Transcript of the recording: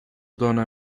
dóna